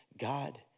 God